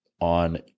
on